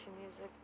music